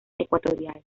ecuatorial